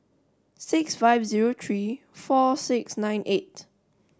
six five zero three four six nine eight